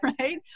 right